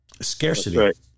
scarcity